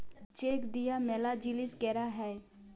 check দিয়া ম্যালা জিলিস ক্যরা হ্যয়ে